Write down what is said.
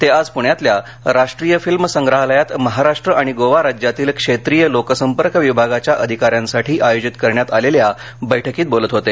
ते आज प्ण्यातल्या राष्ट्रीय फिल्म संग्राहालयात महाराष्ट्र आणि गोवा राज्यातील क्षेत्रीय लोकसंपर्क विभागाच्या अधिका यांसाठी आयोजित करण्यात आलेल्या बैठकीत बोलत होते